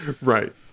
Right